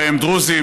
ובהם דרוזים,